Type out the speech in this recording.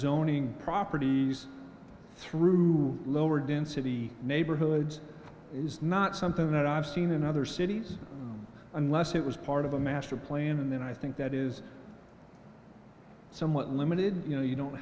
zoning properties through lower density neighborhoods is not something that i've seen in other cities unless it was part of a master plan and then i think that is somewhat limited you know you don't